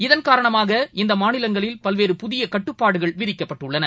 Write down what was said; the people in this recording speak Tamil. இதன் காரணமாக இந்தமாநிலங்களில் பல்வேறு புதியகட்டுப்பாடுகள் விதிக்கப்பட்டுள்ளன